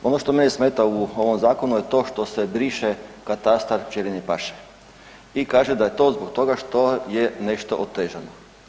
Ono što mene smeta u ovom zakonu je to što se briše Katastar pčelinje paše“ i kaže da je to zbog toga što je nešto otežano.